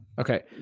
Okay